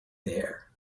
there